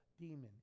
demon